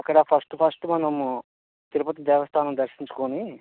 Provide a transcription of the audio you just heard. అక్కడ first first మనము తిరుపతి దేవస్థానం దర్శించుకోని